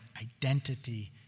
identity